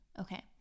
Okay